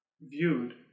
viewed